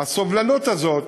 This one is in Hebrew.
הסובלנות הזאת,